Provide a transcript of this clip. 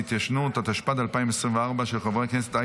התשפ"ד 2024 לוועדת החוקה,